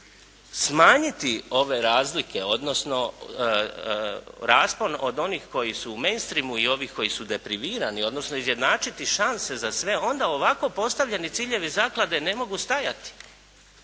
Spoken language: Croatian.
smanjiti ove razlike, odnosno raspon od onih koji su u mejnstrimu i ovih koji su deprivirani, odnosno izjednačiti šanse za sve, onda ovako postavljeni ciljevi zaklade ne mogu stajati.